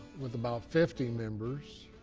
with about fifty members.